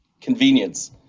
convenience